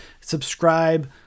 Subscribe